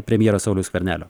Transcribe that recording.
premjero sauliaus skvernelio